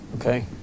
Okay